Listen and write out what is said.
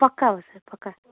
पक्का हो सर पक्का